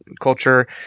culture